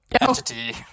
entity